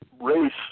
race